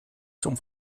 zum